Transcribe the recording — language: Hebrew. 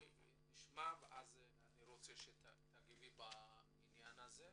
טלל תגיב בנושא הזה ונמשיך.